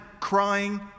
crying